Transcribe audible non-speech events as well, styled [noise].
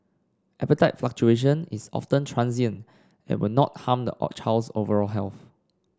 appetite fluctuation is often transient and will not harm [unintelligible] a child's overall health